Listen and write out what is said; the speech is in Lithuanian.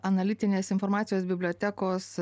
analitinės informacijos bibliotekos